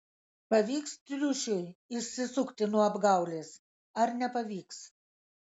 pavyks triušiui išsisukti nuo apgaulės ar nepavyks